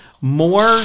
more